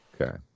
Okay